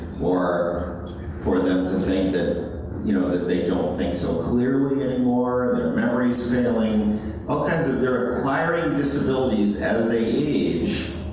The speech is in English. or for them to think that, you know that they don't think so clearly anymore. their memory's failing. all kinds of they're acquiring disabilities as they age,